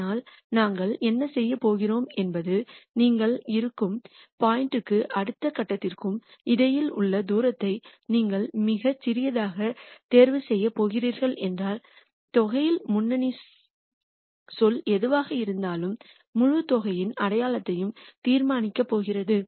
ஆனால் நாங்கள் என்ன செய்யப் போகிறோம் என்பது நீங்கள் இருக்கும் பாயிண்ட் க்கும் அடுத்த கட்டத்திற்கும் இடையில் உள்ள தூரத்தை நீங்கள் மிகச் சிறியதாக தேர்வு செய்யப் போகிறீர்கள் என்றால் தொகையில் முன்னணி சொல் எதுவாக இருந்தாலும் முழுத் தொகையின் அடையாளத்தையும் தீர்மானிக்கப் போகிறது